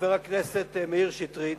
חבר הכנסת מאיר שטרית.